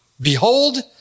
Behold